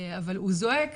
אבל הוא זועק,